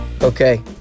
Okay